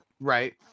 Right